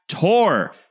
tour